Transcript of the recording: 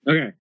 Okay